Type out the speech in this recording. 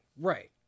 Right